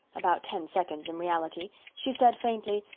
about ten seconds in reality. she said faintly,